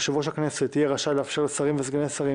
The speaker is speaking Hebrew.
יושב-ראש הכנסת יהיה רשאי לאפשר לשרים וסגני שרים